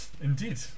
Indeed